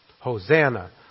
Hosanna